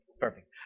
Perfect